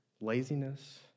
laziness